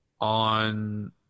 On